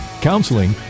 counseling